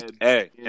hey